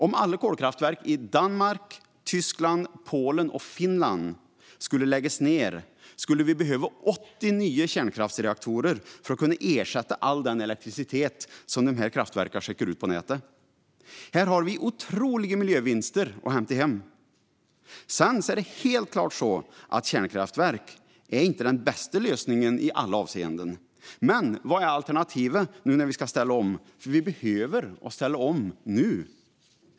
Om alla kolkraftverk i Danmark, Tyskland, Polen och Finland skulle läggas ned skulle vi behöva 80 nya kärnkraftsreaktorer för att kunna ersätta all den elektricitet som de kraftverken skickar ut på nätet. Här har vi otroliga miljövinster att hämta hem. Sedan är det helt klart så att kärnkraftverk inte är den bästa lösningen i alla avseenden, men vad är alternativen nu när vi ska ställa om? Vi behöver ställa om nu! Fru talman!